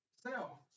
Self